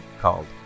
called